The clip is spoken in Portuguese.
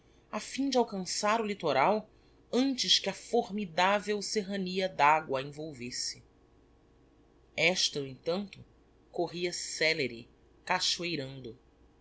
afim de alcançar o littoral antes que a formidavel serrania d'agua a envolvesse esta no entanto corria célere cachoeirando